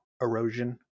erosion